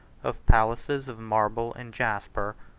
of palaces of marble and jasper,